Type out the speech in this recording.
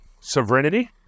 sovereignty